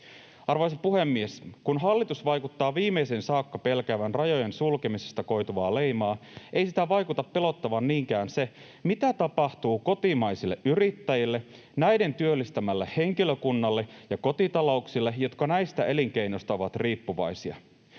Arvoisa puhemies! Kun hallitus vaikuttaa viimeiseen saakka pelkäävän rajojen sulkemisesta koituvaa leimaa, ei sitä vaikuta pelottavan niinkään se, mitä tapahtuu kotimaisille yrittäjille, näiden työllistämälle henkilökunnalle ja kotitalouksille, jotka näistä elinkeinoista ovat riippuvaisia.